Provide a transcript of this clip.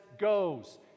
goes